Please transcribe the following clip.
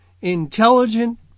intelligent